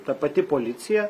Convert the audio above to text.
ta pati policija